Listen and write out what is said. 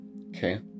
Okay